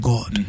God